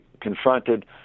confronted